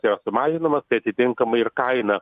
yra sumažinamas tai atitinkamai ir kaina